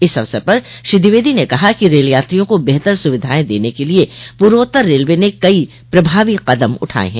इस अवसर पर श्री द्विवेदी ने कहा कि रेल यात्रियों को बेहतर सुविधाएं देने के लिये पूर्वोत्तर रेलवे ने कई प्रभवी कदम उठाये हैं